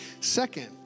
Second